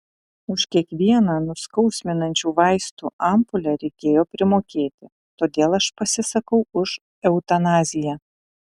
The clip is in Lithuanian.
už kiekvieną nuskausminančių vaistų ampulę reikėjo primokėti todėl aš pasisakau už eutanaziją